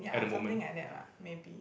ya something like that lah maybe